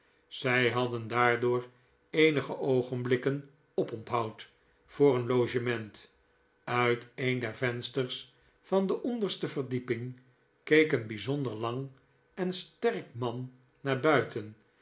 zij hadden daardoor eenige oogenblikken oponthoud voor een logement uit een der vensters van de onderste verdieping keek een bijzonder lang en sterk man naar buiten